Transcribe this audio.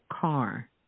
car